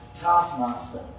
taskmaster